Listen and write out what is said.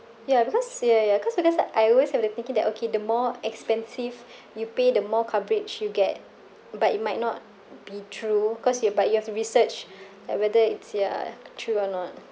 ya because ya ya cause because like I always have the thinking that okay the more expensive you pay the more coverage you get but it might not be true cause you but you have to research like whether it's ya true or not